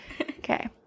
Okay